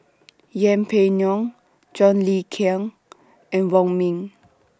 Yeng Pway Ngon John Le Cain and Wong Ming